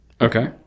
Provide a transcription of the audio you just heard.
Okay